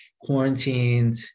quarantined